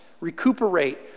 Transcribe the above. recuperate